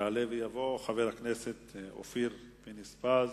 יעלה ויבוא חבר הכנסת אופיר פינס-פז,